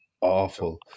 awful